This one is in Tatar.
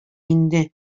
инде